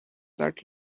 that